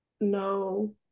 no